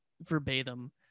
verbatim